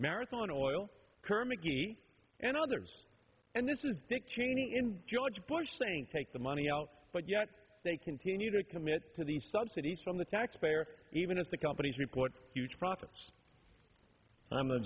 marathon oil kermit d and others and this is dick cheney and george bush saying take the money out but yet they continue to commit to these subsidies from the taxpayer even if the companies report huge profits and i'm a